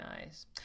nice